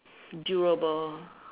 durable